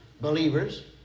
Believers